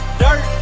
dirt